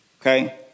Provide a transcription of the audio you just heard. Okay